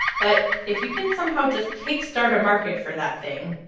but if you can somehow just kick-start a market for that thing,